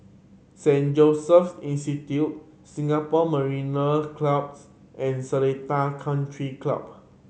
Saint Joseph's Institution Singapore Mariner Clubs and Seletar Country Club